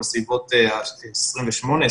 בסביבות 28,000,